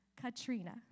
Katrina